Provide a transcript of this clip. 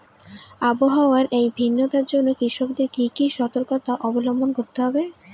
আবহাওয়ার এই ভিন্নতার জন্য কৃষকদের কি কি সর্তকতা অবলম্বন করতে হবে?